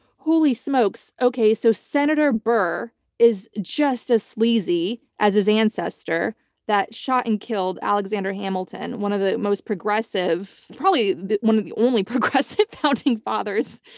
holy smokes. okay, so senator barr is just as sleazy as his ancestor that shot and killed alexander hamilton, one of the most progressive, probably one of the only progressive founding fathers.